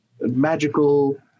magical